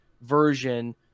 version